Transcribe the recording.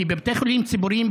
כי בבתי חולים ציבוריים,